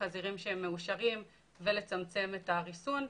חזירים שהם מאושרים וצמצום הריסון,